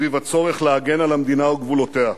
סביב הצורך להגן על המדינה וגבולותיה.